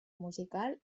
musical